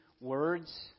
words